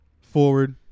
forward